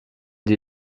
die